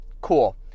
Cool